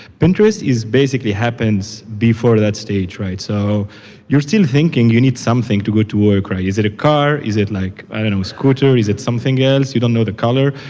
pinterest is basically happens before that stage, right? so you're still thinking you need something to go to work. is it a car? is it like i don't know, scooter. is it something else? you don't know the color.